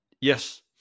yes